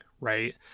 right